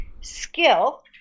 skill